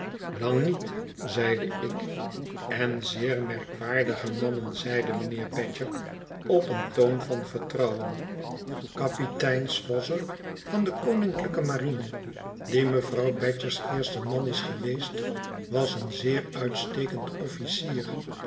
lang niet zeide ik en zeer merkwaardige mannen zeide mijnheer badger op een toon van vertrouwen kamevrouw bayham badges s derde pitein swosser van de koninklijke marine die mevrouw badger's eerste man is geweest was een zeer uitstekend officier